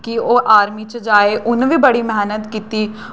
कि ओह् आर्मी च जाए उ'न्न बी बड़ी मैह्नत कीती